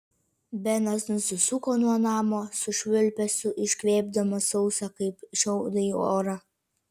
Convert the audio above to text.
benas nusisuko nuo namo su švilpesiu iškvėpdamas sausą kaip šiaudai orą